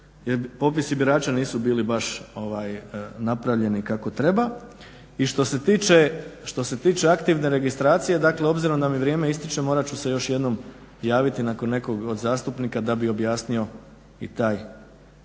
jer popisi birača nisu bili baš napravljeni kako treba. I što se tiče aktivne registracije dakle obzirom da mi vrijeme istječe morat ću se još jednom javiti nakon nekog od zastupnika da bih objasnio i taj instrument.